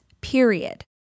Period